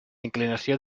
inclinació